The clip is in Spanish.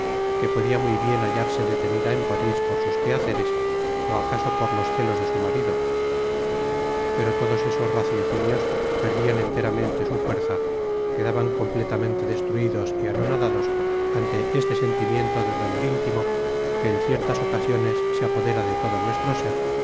que podia muy bien hallarse detenida en paris por sus quehaceres ó acaso por los celos de su marido pero todos esos raciocinios perdian enteramete su fuerza quedaban completamente destruidos y anonadados ante este sentimiento de dolor intimo que en ciertas ocasiones se apodera de todo nuestro ser